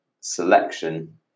selection